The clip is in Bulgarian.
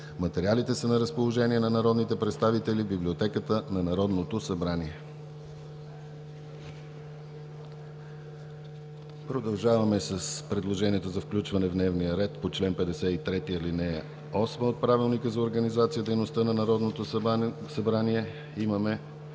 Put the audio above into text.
Материалите са на разположение на народните представители и в Библиотеката на Народното събрание. Продължаваме с предложенията за включване в дневния ред по чл. 53, ал. 8 от Правилника за организацията и дейността на Народното събрание. Имаме